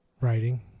Writing